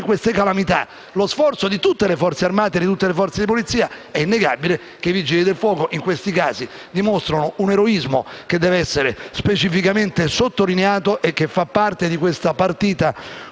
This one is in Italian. Grazie a tutti.